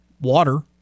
water